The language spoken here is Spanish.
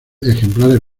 ejemplares